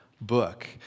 book